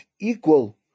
equal